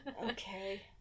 Okay